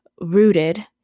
rooted